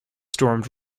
stormed